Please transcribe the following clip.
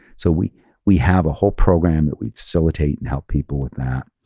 so we we have a whole program that we facilitate and help people with that.